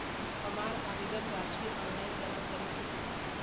हमार आवेदन राशि ऑनलाइन जमा करे के हौ?